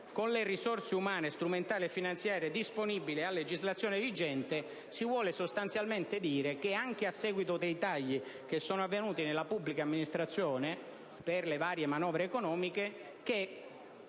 con le risorse umane, strumentali e finanziarie disponibili a legislazione vigente, si vuole sostanzialmente dire che, anche a seguito dei tagli avvenuti nella pubblica amministrazione per le varie manovre economiche,